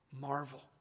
marvel